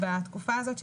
בתקופה הזאת,